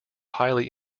highly